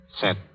Set